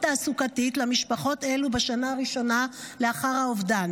תעסוקתית למשפחות אלו בשנה הראשונה לאחר האובדן.